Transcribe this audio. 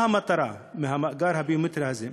מה המטרה של המאגר הביומטרי הזה?